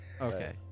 Okay